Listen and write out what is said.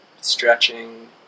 stretching